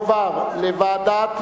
לוועדת